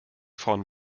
vorn